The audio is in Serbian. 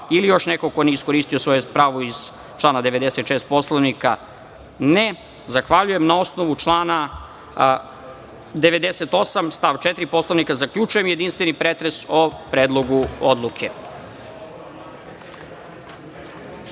ili još neko ko nije iskoristio svoje pravo iz člana 96. Poslovnika? (Ne)Zahvaljujem. Na osnovu člana 98. stav 4. Poslovnika zaključujem jedinstveni pretres o Predlogu